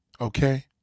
Okay